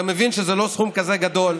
אתה מבין שזה לא סכום כזה גדול.